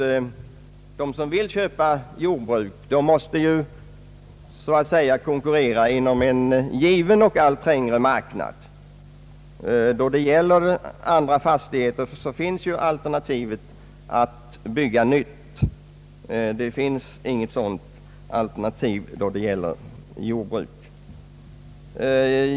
Den som vill köpa jordbruk måste ju också så att säga konkurrera inom en given och allt trängre marknad. Då det gäller andra fastigheter finns ju alternativet att bygga nytt. Det finns inte något sådant alternativ då det gäller jordbruk.